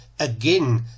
Again